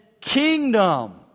kingdom